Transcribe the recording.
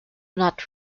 not